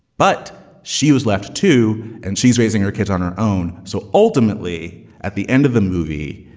but she was left to and she's raising her kids on her own. so ultimately at the end of the movie.